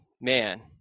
Man